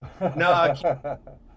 No